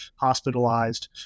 hospitalized